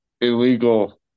illegal